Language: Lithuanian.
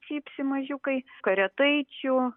cypsi mažiukai karietaičių